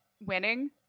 winning